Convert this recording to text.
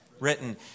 Written